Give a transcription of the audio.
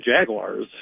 Jaguars